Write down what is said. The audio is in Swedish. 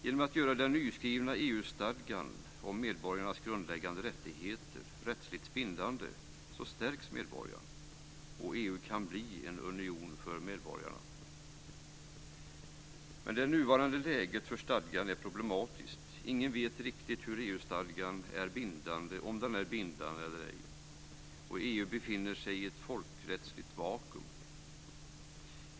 Genom att göra den nyskrivna EU-stadgan om medborgarnas grundläggande rättigheter rättsligt bindande stärks medborgaren, och EU kan bli en union för medborgarna. Men det nuvarande läget för stadgan är problematiskt. Ingen vet riktigt om EU stadgan är bindande eller ej. EU befinner sig i ett folkrättsligt vakuum.